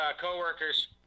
co-workers